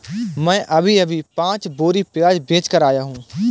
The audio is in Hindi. मैं अभी अभी पांच बोरी प्याज बेच कर आया हूं